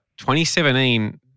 2017